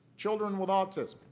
children with autism,